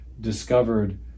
discovered